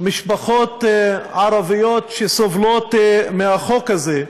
משפחות ערביות שסובלות מהחוק הזה,